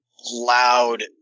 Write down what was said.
loud